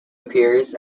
appears